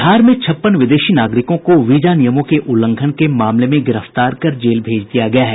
बिहार में छप्पन विदेशी नागरिकों को वीजा नियमों के उल्लंघन के मामले में गिरफ्तार कर जेल भेज दिया गया है